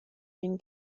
den